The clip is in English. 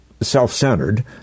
self-centered